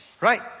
right